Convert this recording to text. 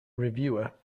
reviewer